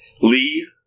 Lee